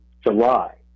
July